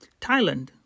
Thailand